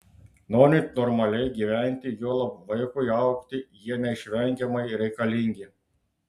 norint normaliai gyventi juolab vaikui augti jie neišvengiamai reikalingi